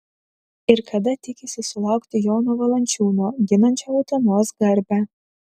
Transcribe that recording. ir kada tikisi sulaukti jono valančiūno ginančio utenos garbę